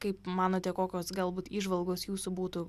kaip manote kokios galbūt įžvalgos jūsų būtų